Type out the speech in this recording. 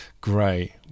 great